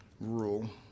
rule